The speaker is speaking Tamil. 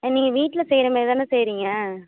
ஆ நீங்கள் வீட்டில் செய்கிற மாதிரி தானே செய்கிறீங்க